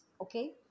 okay